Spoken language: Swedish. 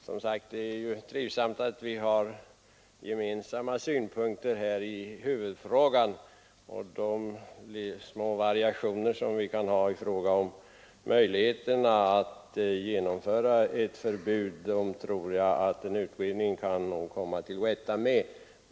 Herr talman! Det är ju trivsamt att vi har gemensamma synpunkter i huvudfrågan. De små variationer som vi kan ha i vår uppfattning när det gäller möjligheterna att genomföra ett förbud tror jag att en utredning kan komma till rätta med.